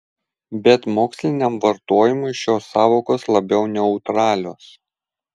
bet moksliniam vartojimui šios sąvokos labiau neutralios